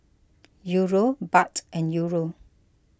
Euro Baht and Euro